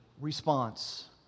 response